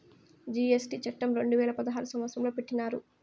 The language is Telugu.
జీ.ఎస్.టీ చట్టం రెండు వేల పదహారు సంవత్సరంలో పెట్టినారు